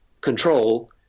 control